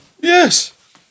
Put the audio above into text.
Yes